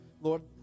Lord